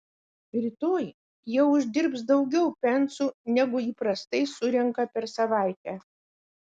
rytoj jie uždirbs daugiau pensų negu įprastai surenka per savaitę